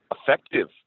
effective